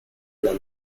las